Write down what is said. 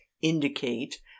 indicate